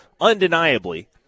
undeniably –